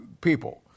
people